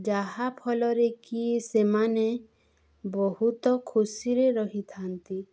ଯାହା ଫଳରେକି ସେମାନେ ବହୁତ ଖୁସିରେ ରହିଥାନ୍ତି